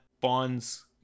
bond's